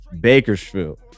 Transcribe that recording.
Bakersfield